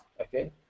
okay